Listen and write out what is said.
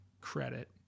credit